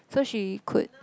so she could